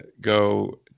go